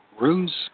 Ruse